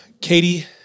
Katie